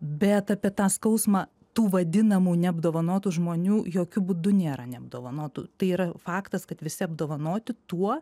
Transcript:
bet apie tą skausmą tų vadinamų neapdovanotų žmonių jokiu būdu nėra neapdovanotų tai yra faktas kad visi apdovanoti tuo